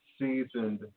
seasoned